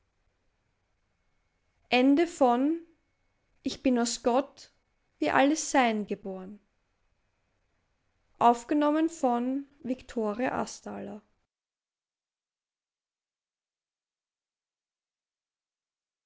ich bin aus gott wie alles sein geboren